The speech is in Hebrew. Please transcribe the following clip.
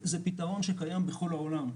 זה פיתרון שקיים בכל העולם.